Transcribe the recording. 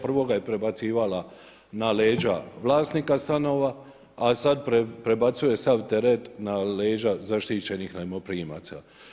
Prvo ga je prebacivala na leđa vlasnika stanova, a sada prebacuje sav teret na leđa zaštićenih najmoprimaca.